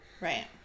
right